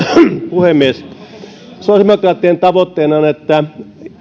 puhemies sosiaalidemokraattien tavoitteena on että